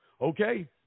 okay